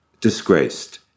disgraced